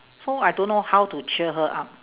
so I don't know how to cheer her up